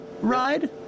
ride